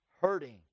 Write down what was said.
hurting